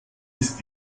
ist